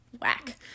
whack